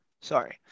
Sorry